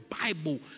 Bible